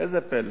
איזה פלא,